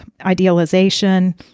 idealization